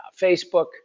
Facebook